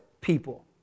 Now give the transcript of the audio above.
people